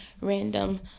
random